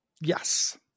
yes